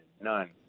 none